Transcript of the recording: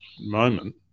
moment